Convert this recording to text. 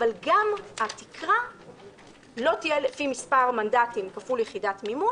אבל גם התקרה לא תהיה לפי מספר המנדטים כפול יחידת מימון